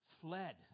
fled